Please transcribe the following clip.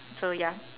so ya